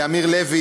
לאמיר לוי,